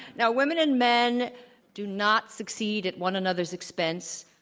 now women and men do not succeed at one another's expense.